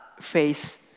face